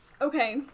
Okay